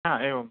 आ एवम्